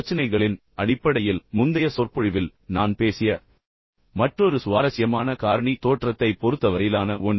பிரச்சினைகளின் அடிப்படையில் முந்தைய சொற்பொழிவில் நான் பேசிய மற்றொரு சுவாரஸ்யமான காரணி தோற்றத்தைப் பொறுத்தவரையிலான ஒன்று